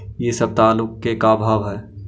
इ सप्ताह आलू के का भाव है?